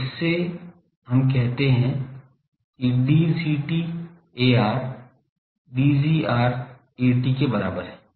तो इससे हम कहते हैं कि Dgt Ar Dgr At के बराबर है